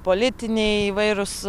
politiniai įvairūs